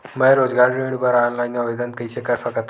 मैं रोजगार ऋण बर ऑनलाइन आवेदन कइसे कर सकथव?